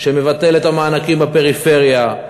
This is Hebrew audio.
שמבטל את המענקים בפריפריה,